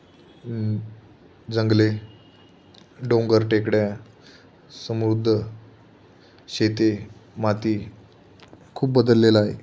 जंगले डोंगर टेकड्या समुद्र शेती माती खूप बदललेलं आहे